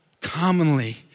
commonly